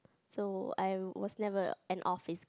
so I was never an office